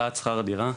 אכיפה להעלאת שכר הדירה.